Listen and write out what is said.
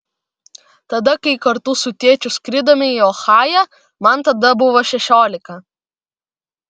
tada kai kartu su tėčiu skridome į ohają man tada buvo šešiolika